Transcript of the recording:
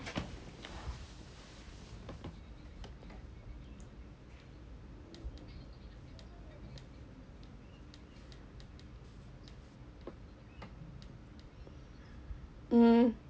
mm